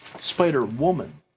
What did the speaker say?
Spider-Woman